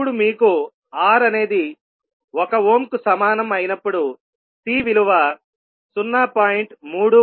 ఇప్పుడు మీకు R అనేది 1 ఓమ్ కు సమానం అయినప్పుడు C విలువ 0